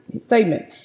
statement